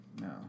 No